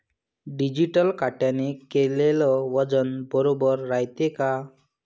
Digital काट्याने केलेल वजन बरोबर रायते का?